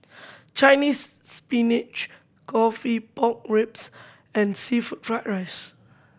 Chinese Spinach coffee pork ribs and seafood fried rice